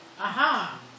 Aha